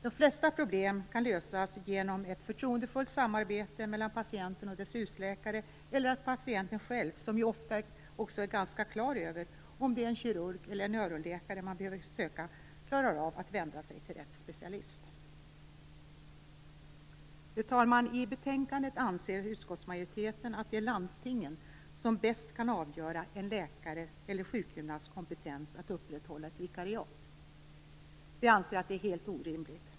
De flesta problem kan lösas genom ett förtroendefullt samarbete mellan patienten och dess husläkare eller genom att patienten själv, som ju också ofta är ganska klar över om det är en kirurg eller en öronläkare man behöver söka, klarar av att vända sig till rätt specialist. I betänkandet anser utskottsmajoriteten att det är landstingen som bäst kan avgöra en läkares eller sjukgymnasts kompetens att upprätthålla ett vikariat. Vi anser att det är helt orimligt.